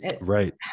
right